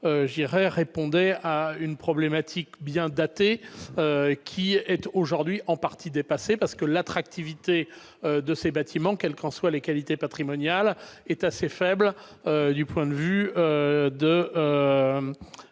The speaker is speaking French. répondaient à une problématique datée, aujourd'hui en partie dépassée, parce que l'attractivité de ces bâtiments, quelles qu'en soient les qualités patrimoniales, est assez faible d'un point de vue